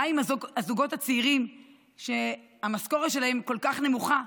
מה עם הזוגות הצעירים שהמשכורת שלהם כל כך נמוכה,